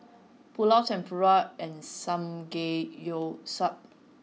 Pulao Tempura and Samgeyopsal